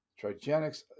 Trigenics